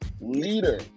leader